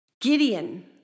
Gideon